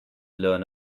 learn